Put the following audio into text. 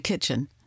kitchen